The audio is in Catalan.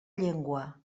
llengua